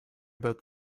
about